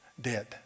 dead